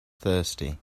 thirsty